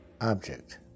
object